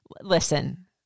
listen